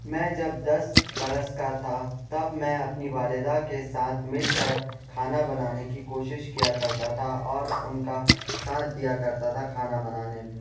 میں جب دس برس کا تھا تب میں اپنی والدہ کے ساتھ مل کر کھانا بنانے کی کوشش کیا کرتا تھا اور ان کا ساتھ دیا کرتا تھا کھانا بنانے میں